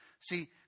See